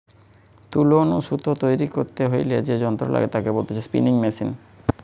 তুলো নু সুতো তৈরী করতে হইলে যে যন্ত্র লাগে তাকে বলতিছে স্পিনিং মেশিন